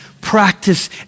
practice